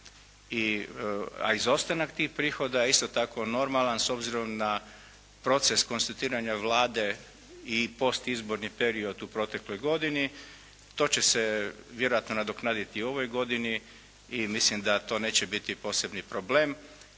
a izostanak tih prihoda je isto tako normalan s obzirom na proces konstituiranja Vlade i postizborni period u protekloj godini. To će se vjerojatno nadoknaditi u ovoj godini i mislim da to neće biti posebni problem.